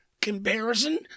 comparison